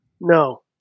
No